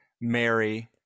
Mary